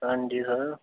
हां जी सर